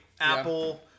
apple